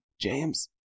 James